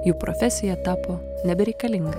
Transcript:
jų profesija tapo nebereikalinga